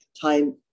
time